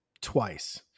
twice